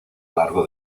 largo